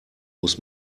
muss